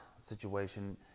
situation